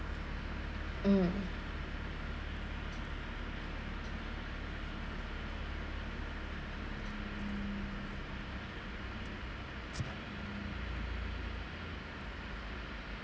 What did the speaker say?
mm